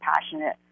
passionate